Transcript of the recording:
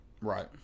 Right